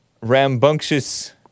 rambunctious